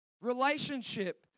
Relationship